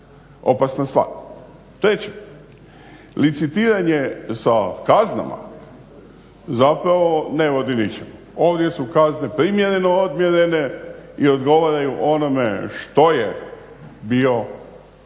opasna stvar. Treće, licitiranje sa kaznama zapravo ne vodi ničemu. Ovdje su kazne primjereno odmjerene i odgovaraju onome što je bio predmet